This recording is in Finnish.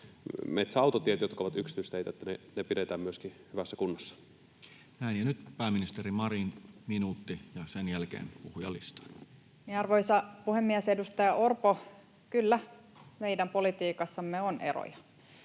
metsäautotiet, jotka ovat yksityisteitä, myöskin pidetään hyvässä kunnossa. Näin. — Ja nyt pääministeri Marin, minuutti, ja sen jälkeen puhujalistaan. Arvoisa puhemies! Edustaja Orpo, kyllä, meidän politiikassamme on eroja.